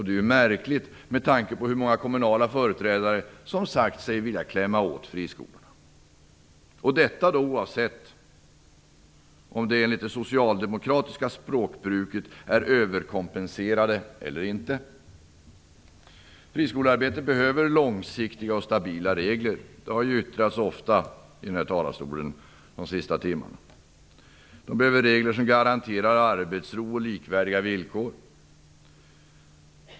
Det är märkligt med tanke på hur många kommunala företrädare som sagt sig vilja klämma åt friskolorna, detta oavsett om de enligt det socialdemokratiska språkbruket är överkompenserade eller inte. Friskolearbetet behöver långsiktiga och stabila regler. Det har yttrats ofta i den här talarstolen de senaste timmarna. De behöver regler som garanterar arbetsro och likvärdiga villkor.